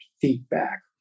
feedback